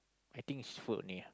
I think it's food only ah